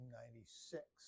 1996